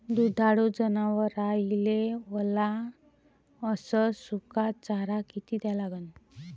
दुधाळू जनावराइले वला अस सुका चारा किती द्या लागन?